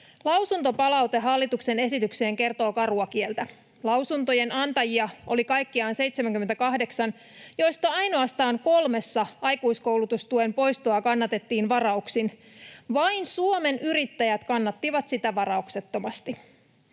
Lausuntopalaute hallituksen esityksestä kertoo karua kieltä. Lausuntojen antajia oli kaikkiaan 78, joista ainoastaan kolmessa aikuiskoulutustuen poistoa kannatettiin varauksin. Vain Suomen Yrittäjät kannatti sitä varauksettomasti.